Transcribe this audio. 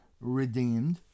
redeemed